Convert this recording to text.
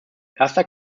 erster